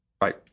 right